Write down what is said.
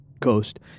coast